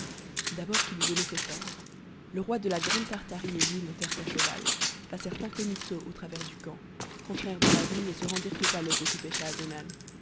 d'abord qu'il eut donné cet ordre le roi de la grande tartarie et lui montèrent à cheval passèrent incognito au travers du camp rentrèrent dans la ville et se rendirent au palais